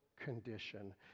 condition